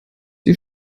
die